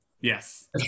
Yes